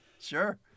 sure